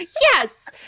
Yes